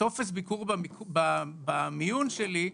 בטופס הביקור במיון שלי,